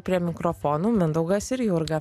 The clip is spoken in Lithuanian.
prie mikrofonų mindaugas ir jurga